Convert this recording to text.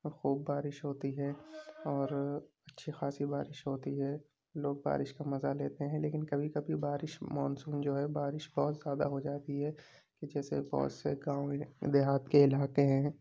خوب بارش ہوتی ہے اور اچھی خاصی بارش ہوتی ہے لوگ بارش کا مزہ لیتے ہیں لیکن کبھی کبھی بارش مونسون جو ہے بارش بہت زیادہ ہو جاتی ہے جیسے بہت سے گاؤں دیہات کے علاقے ہیں